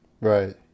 Right